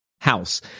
House